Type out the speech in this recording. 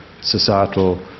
societal